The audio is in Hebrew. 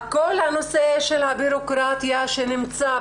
כל הנושא של הבירוקרטיה שנמצא,